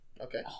Okay